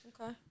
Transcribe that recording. Okay